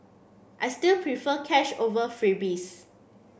I still prefer cash over freebies